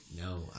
No